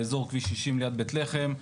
באזור כביש 60 ליד בית לחם.